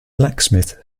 blacksmith